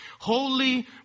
holy